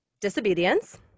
Disobedience